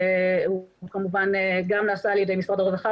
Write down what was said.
הוא כמובן גם נעשה על ידי משרד הרווחה,